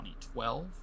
2012